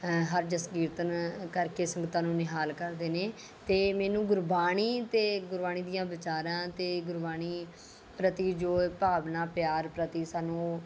ਹਰਜਸ ਕੀਰਤਨ ਕਰਕੇ ਸੰਗਤਾਂ ਨੂੰ ਨਿਹਾਲ ਕਰਦੇ ਨੇ ਅਤੇ ਮੈਨੂੰ ਗੁਰਬਾਣੀ ਅਤੇ ਗੁਰਬਾਣੀ ਦੀਆਂ ਵਿਚਾਰਾਂ ਅਤੇ ਗੁਰਬਾਣੀ ਪ੍ਰਤੀ ਜੋ ਭਾਵਨਾ ਪਿਆਰ ਪ੍ਰਤੀ ਸਾਨੂੰ